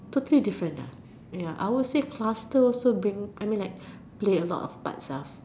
totally different ah ya I would say cluster also bring I mean like create a lot parts ah